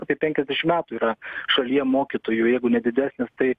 apie penkiasdešim metų yra šalyje mokytojų jeigu ne didesnis tai